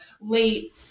late